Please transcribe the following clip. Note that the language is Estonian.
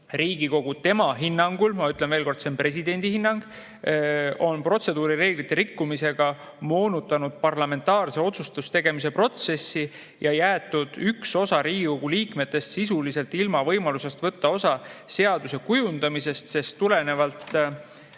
Riigikogu tema hinnangul – ma ütlen veel kord, et see on presidendi hinnang – on protseduurireeglite rikkumisega moonutanud parlamentaarse otsustuse tegemise protsessi ja üks osa Riigikogu liikmetest on sisuliselt jäetud ilma võimalusest võtta osa seaduse kujundamisest, sest tulenevalt